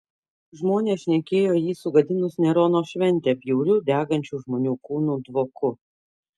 žmonės šnekėjo jį sugadinus nerono šventę bjauriu degančių žmonių kūnų dvoku